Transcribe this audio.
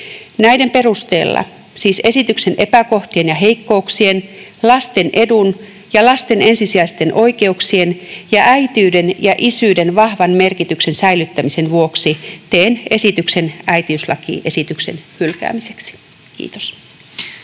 Näiden perusteella, siis esityksen epäkohtien ja heikkouksien, lasten edun ja lasten ensisijaisten oikeuksien sekä äitiyden ja isyyden vahvan merkityksen säilyttämisen vuoksi teen esityksen äitiyslakiesityksen hylkäämiseksi. — Kiitos.